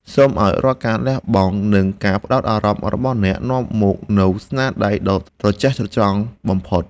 សូមឱ្យរាល់ការលះបង់ និង ការផ្ដោតអារម្មណ៍របស់អ្នកនាំមកនូវស្នាដៃដ៏ត្រចះត្រចង់បំផុត។